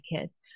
kids